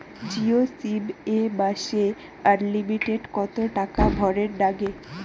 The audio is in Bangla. জিও সিম এ মাসে আনলিমিটেড কত টাকা ভরের নাগে?